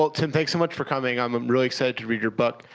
tim, thanks so much for coming. i'm really excited to read your book.